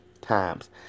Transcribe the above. times